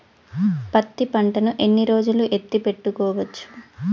పత్తి పంటను ఎన్ని రోజులు ఎత్తి పెట్టుకోవచ్చు?